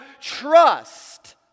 trust